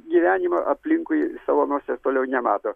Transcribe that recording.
gyvenimą aplinkui savo nosies toliau nemato